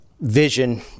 vision